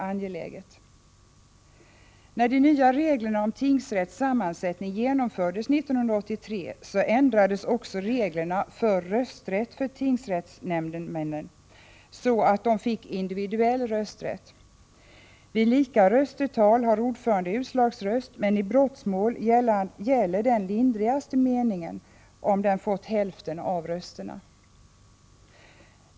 När de nya reglerna om tingsrätts sammansättning genomfördes 1983 ändrades också reglerna för rösträtt för tingsrättshnämndemännen, så att de fick individuell rösträtt. Vid lika röstetal har ordföranden utslagsröst, men i brottmål gäller den lindrigaste meningen om den fått hälften av rösterna.